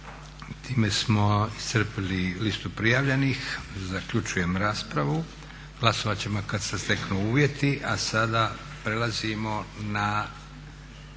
Time smo iscrpili listu prijavljenih. Zaključujem raspravu. Glasovat ćemo kad se steknu uvjeti. A sada prelazimo na,